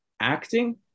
acting